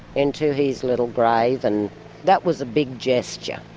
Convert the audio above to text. into his little grave, and that was a big gesture.